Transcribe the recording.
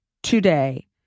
today